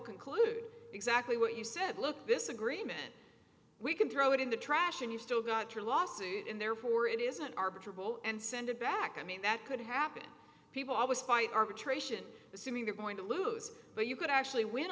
conclude exactly what you said look this agreement we can throw it in the trash and you've still got your lawsuit and therefore it isn't arbiter ball and send it back i mean that could happen people always fight arbitration assuming they're going to lose but you could actually win